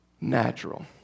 natural